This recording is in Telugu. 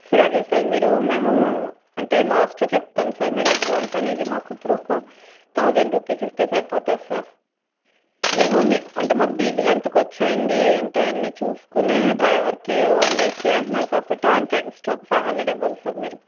సరే సార్ మీరు మేము అంటే లాస్ట్లో చెప్తాము సార్ మీరు అడ్వాన్స్ అనేది మాకు ఇప్పుడు ఒక థౌసండ్ రూపీస్ ఇస్తే సరిపోతుంది సార్ మేము మీకు అంటే మాకు డీజిల్ ఎంత ఖర్చు అయింది ఏంటి అని చూసుకుని డ్రైవర్ కి వన్ డే స్టే అంటున్నారు కాబట్టి ఆయనకి ఎక్స్ట్రా ఫైవ్ హండ్రెడ్ ఇవ్వాలి సార్ మీరు